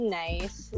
nice